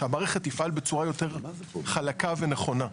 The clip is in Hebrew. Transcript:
שמהערכת תפעל בצורה יותר חלקה ונכונה.